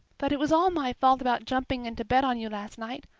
that it was all my fault about jumping into bed on you last night.